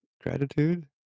gratitude